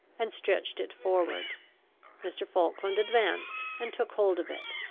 and stretched it forward mr. falkland advanced, and took hold of it.